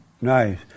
Nice